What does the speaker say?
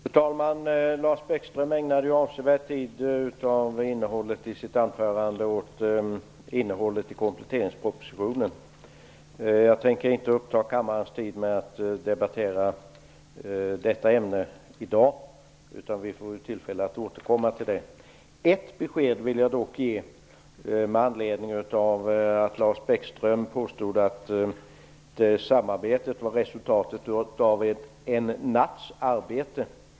Fru talman! Lars Bäckström ägnade avsevärd tid av sitt anförande åt innehållet i kompletteringspropositionen. Jag tänker inte i dag uppta kammarens tid med att debattera detta ämne, utan vi får tillfälle att återkomma till den frågan. Ett besked vill jag dock ge med anledning av att Lars Bäckström påstod att samarbetet var resultatet av "en natts arbete".